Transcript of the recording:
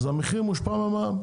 אז המחיר מושפע מהמע"מ.